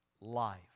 life